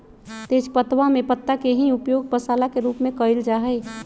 तेजपत्तवा में पत्ता के ही उपयोग मसाला के रूप में कइल जा हई